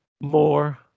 more